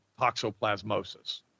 toxoplasmosis